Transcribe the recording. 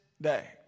day